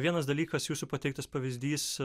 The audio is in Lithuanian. vienas dalykas jūsų pateiktas pavyzdys